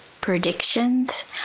predictions